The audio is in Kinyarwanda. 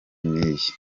n’iyi